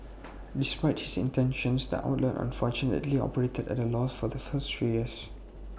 despite his intentions the outlet unfortunately operated at A loss for the first three years